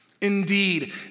Indeed